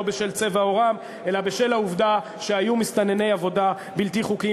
לא בשל צבע עורם אלא בשל העובדה שהם היו מסתנני עבודה בלתי חוקיים,